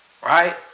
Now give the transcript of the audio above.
Right